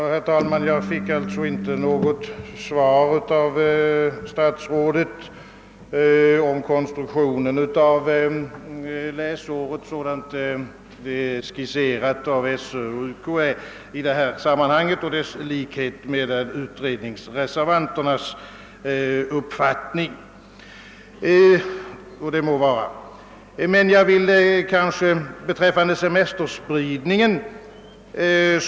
Herr talman! Jag fick alltså inte något svar av statsrådet beträffande konstruktionen av läsåret såsom det skisserats av skolöverstyrelsen och universitetskanslersämbetet och dess likhet med utredningsreservanternas uppfattning. Nå, det må vara! Sedan tycker jag emellertid att statsrådet litet väl snabbt halkade förbi fråsan om semesterspridningen.